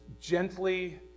gently